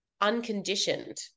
unconditioned